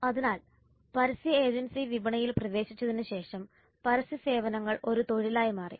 അതിനാൽ പരസ്യ ഏജൻസി വിപണിയിൽ പ്രവേശിച്ചതിനുശേഷം പരസ്യ സേവനങ്ങൾ ഒരു തൊഴിലായി മാറി